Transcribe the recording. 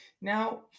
Now